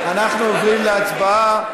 אנחנו עוברים להצבעה.